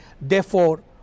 Therefore